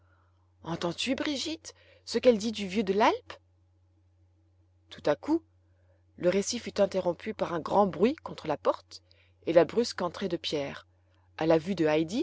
entends-tu brigitte ce qu'elle dit du vieux de l'alpe tout à coup le récit fut interrompu par un grand bruit contre la porte et la brusque entrée de pierre à la vue de